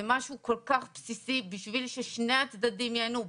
משהו כל כך בסיסי בשביל ששני הצדדים ייהנו.